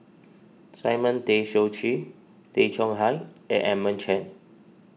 Simon Tay Seong Chee Tay Chong Hai and Edmund Chen